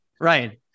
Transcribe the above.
ryan